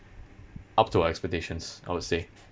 up to our expectations I would say